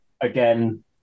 Again